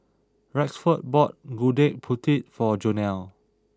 Rexford bought Gudeg Putih for Jonell